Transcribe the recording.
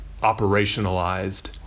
operationalized